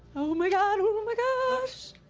oh my god. oh my gosh.